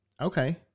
Okay